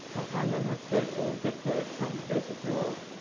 and then the state will dictate some basic rules,